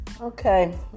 Okay